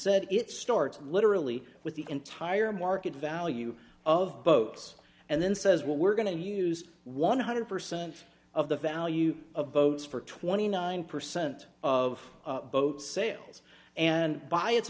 said it starts literally with the entire market value of boats and then says well we're going to use one hundred percent of the value of boats for twenty nine percent of boat sales and by its